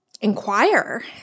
inquire